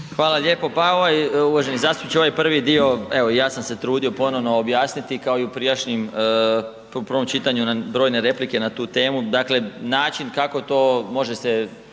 Hvala lijepo, pa ovaj, uvaženi zastupniče ovaj prvi dio evo i ja sam se trudio ponovno objasniti kao i u prijašnjim, u prvom čitanju na brojne replike na tu temu, dakle način kako to može se